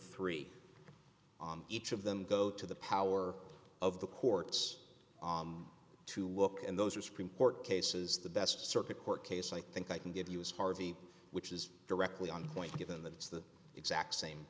dollars on each of them go to the power of the courts to look and those are supreme court cases the best circuit court case i think i can give you is harvey which is directly on point given that it's the exact same